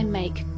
make